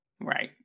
Right